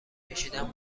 کشیدن